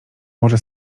może